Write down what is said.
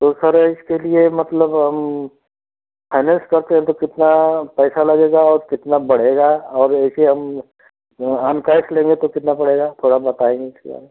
तो सर इसके लिए मतलब हम फाइनैंस करते हैं तो कितना पैसा लगेगा और कितना बढ़ेगा और ऐसे हम आन कैस लेंगे तो कितना पड़ेगा थोड़ा बताएँगे क्या है